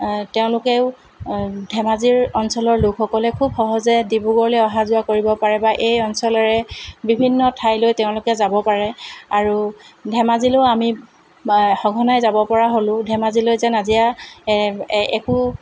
তেওঁলোকেও ধেমাজিৰ অঞ্চলৰ লোকসকলে খুব সহজে ডিব্ৰুগড়লৈ অহা যোৱা কৰিব পাৰে বা এই অঞ্চলৰে বিভিন্ন ঠাইলৈ তেওঁলোকে যাব পাৰে আৰু ধেমাজিলৈও আমি বা সঘনাই যাব পৰা হ'লোঁ ধেমাজিলৈ যেন আজি একো